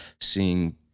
seeing